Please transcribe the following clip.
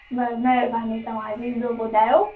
न महिरबानी तव्हांजी ॿियो ॿुधायो